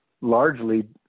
largely